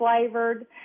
flavored